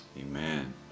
amen